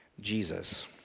Jesus